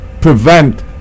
prevent